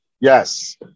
Yes